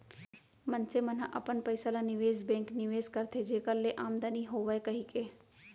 मनसे मन ह अपन पइसा ल निवेस बेंक निवेस करथे जेखर ले आमदानी होवय कहिके